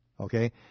okay